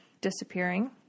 disappearing